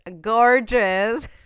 gorgeous